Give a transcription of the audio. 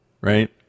right